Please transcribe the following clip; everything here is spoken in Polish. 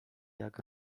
jak